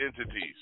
entities